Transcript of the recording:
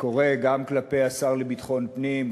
וקורא גם כלפי השר לביטחון פנים,